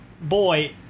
boy